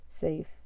safe